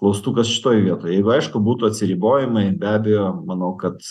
klaustukas šitoj vietoj jeigu aišku būtų atsiribojimai be abejo manau kad